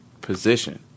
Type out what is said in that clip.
position